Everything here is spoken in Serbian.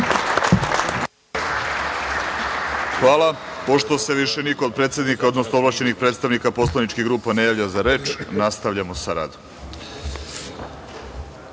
Hvala. Pošto se više niko od predsednika, odnosno ovlašćenih predstavnika poslaničkih grupa ne javlja za reč, nastavljamo sa radom.U